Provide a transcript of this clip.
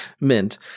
Mint